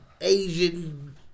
Asian